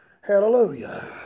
Hallelujah